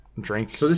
drink